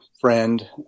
friend